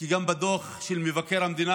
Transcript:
שגם בדוח של מבקר המדינה,